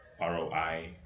ROI